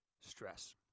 stress